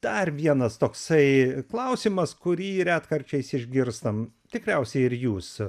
dar vienas toksai klausimas kurį retkarčiais išgirstam tikriausiai ir jūs